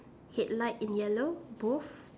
headlight in yellow both